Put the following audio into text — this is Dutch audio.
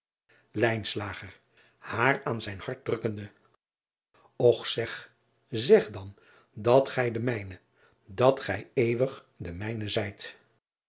aar aan zijn hart drukkende driaan oosjes zn et leven van aurits ijnslager ch zeg zeg dan dat gij de mijne dat gij eeuwig de mijne